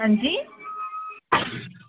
अंजी